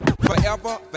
forever